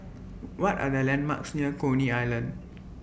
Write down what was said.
What Are The landmarks near Coney Island